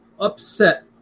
upset